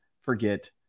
forget